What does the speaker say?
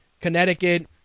Connecticut